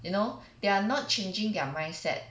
you know they are not changing their mindset